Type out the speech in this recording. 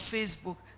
Facebook